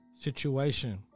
situation